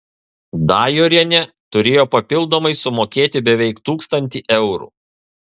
dajorienė turėjo papildomai sumokėti beveik tūkstantį eurų